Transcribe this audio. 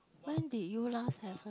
when did you last have a